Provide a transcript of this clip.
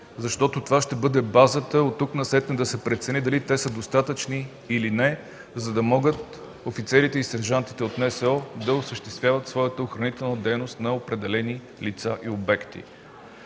защото това ще бъде базата оттук насетне да се прецени дали те са достатъчни, или не, за да могат офицерите и сержантите от НСО да осъществяват своята охранителна дейност на определени лица и обекти.